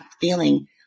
feeling